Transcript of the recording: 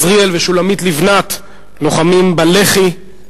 עזריאל ושולמית לבנת, לוחמים בלח"י.